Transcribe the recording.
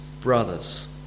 brothers